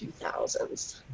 2000s